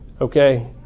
Okay